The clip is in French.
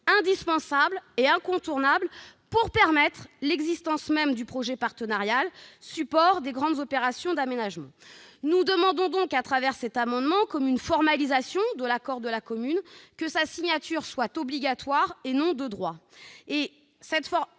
indispensable et incontournable pour permettre l'existence même du projet partenarial, support des grandes opérations d'aménagement. Nous demandons donc, comme une formalisation de l'accord de la commune, que sa signature soit obligatoire et non de droit. C'est une